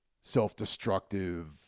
self-destructive